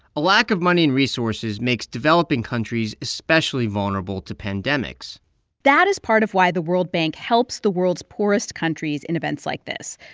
a lack of money and resources makes developing countries especially vulnerable to pandemics that is part of why the world bank helps the world's poorest countries in events like this.